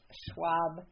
Schwab